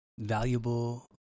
valuable